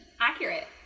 Accurate